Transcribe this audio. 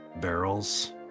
barrels